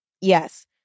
Yes